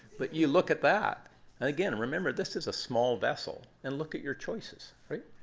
but you look at that. and again, remember, this is a small vessel and look at your choices, right?